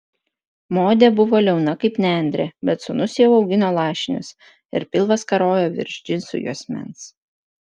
modė buvo liauna kaip nendrė bet sūnus jau augino lašinius ir pilvas karojo virš džinsų juosmens